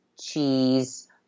cheese